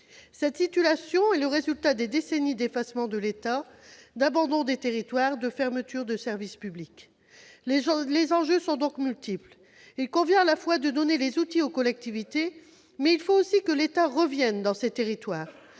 Cette situation est le résultat de décennies d'effacement de l'État, d'abandon des territoires, de fermetures de services publics. Les enjeux sont donc multiples. Il faut tout à la fois que les collectivités locales obtiennent des outils et que l'État revienne dans ces territoires.